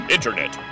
Internet